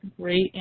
great